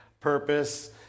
purpose